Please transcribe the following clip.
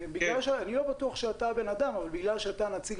אני לא בטוח שאתה הבן אדם אבל בגלל שאתה הנציג